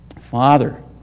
Father